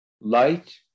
Light